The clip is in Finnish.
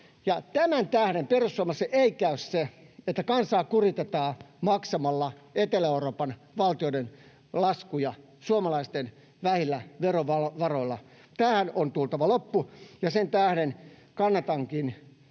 tämän tähden perussuomalaisille ei käy se, että kansaa kuritetaan maksamalla Etelä-Euroopan valtioiden laskuja suomalaisten vähillä verovaroilla. Tähän on tultava loppu, ja sen tähden kannatankin